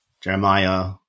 Jeremiah